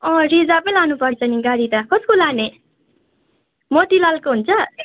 अँ रिजर्भै लानुपर्छ नि गाडी त कसको लाने मोतीलालको हुन्छ